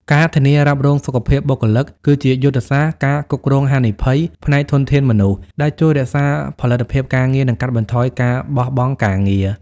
ការធានារ៉ាប់រងសុខភាពបុគ្គលិក គឺជាយុទ្ធសាស្ត្រការគ្រប់គ្រងហានិភ័យផ្នែកធនធានមនុស្ស ដែលជួយរក្សាផលិតភាពការងារ និងកាត់បន្ថយការបោះបង់ការងារ។